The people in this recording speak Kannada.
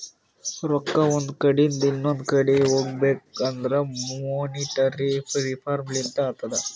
ರೊಕ್ಕಾ ಒಂದ್ ಕಡಿಂದ್ ಇನೊಂದು ಕಡಿ ಹೋಗ್ಬೇಕಂದುರ್ ಮೋನಿಟರಿ ರಿಫಾರ್ಮ್ ಲಿಂತೆ ಅತ್ತುದ್